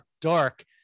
dark